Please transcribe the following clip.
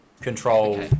Control